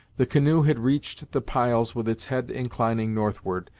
the canoe had reached the piles with its head inclining northward,